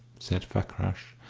said fakrash.